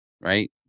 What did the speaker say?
right